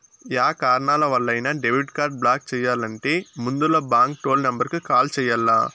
yeah కారణాలవల్లైనా debit card block చెయ్యాలంటే ముందల బాంకు టోల్ నెంబరుకు కాల్ చెయ్యాల్ల